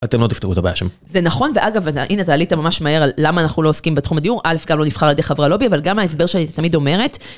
אתם לא תפתרו את הבעיה שם. זה נכון, ואגב, הנה, אתה עלית ממש מהר על למה אנחנו לא עוסקים בתחום הדיור. א', כי זה לא נבחר על ידי חברי הלובי, אבל גם ההסבר שאני תמיד אומרת.